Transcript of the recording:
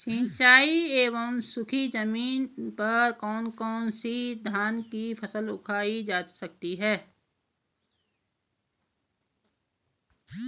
सिंचाई एवं सूखी जमीन पर कौन कौन से धान की फसल उगाई जा सकती है?